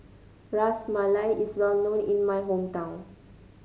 Ras Malai is well known in my hometown